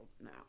now